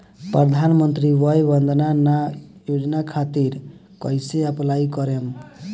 प्रधानमंत्री वय वन्द ना योजना खातिर कइसे अप्लाई करेम?